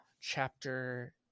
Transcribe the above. chapter